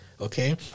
Okay